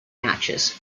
matches